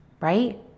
right